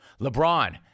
LeBron